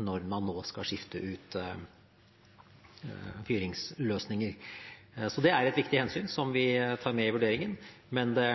når man nå skal skifte ut fyringsløsninger, så det er et viktig hensyn som vi tar med i vurderingen. Men det